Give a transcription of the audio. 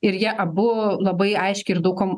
ir jie abu labai aiškiai ir daug kom